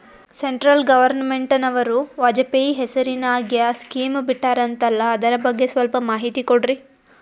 Central ಗವರ್ನಮೆಂಟನವರು ವಾಜಪೇಯಿ ಹೇಸಿರಿನಾಗ್ಯಾ scheme ಬಿಟ್ಟಾರಂತಲ್ಲ ಅದರ ಬಗ್ಗೆ ಸ್ವಲ್ಪ ಮಾಹಿತಿ ಕೊಡ್ರಿ?